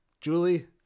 Julie